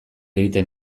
egiten